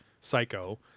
psycho